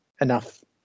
enough